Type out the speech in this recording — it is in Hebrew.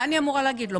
מה אני אמורה להגיד לו?